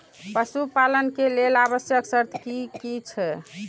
पशु पालन के लेल आवश्यक शर्त की की छै?